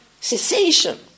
cessation